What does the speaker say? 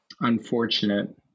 unfortunate